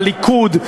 לליכוד,